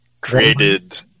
created